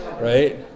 Right